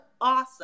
awesome